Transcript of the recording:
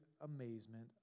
amazement